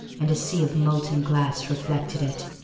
and a sea of molten glass reflected it.